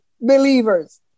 believers